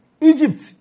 Egypt